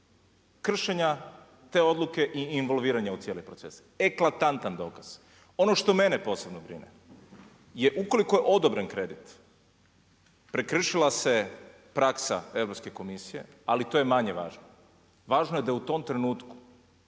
kršenja te odluke i involviranja u cijele procese. Eklatantan dokaz. Ono što mene posebno brine je ukoliko je odobren kredit, prekršila se praksa Europske komisije, ali to je manje važno. Važno je da je u tom trenutku